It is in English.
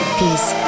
peace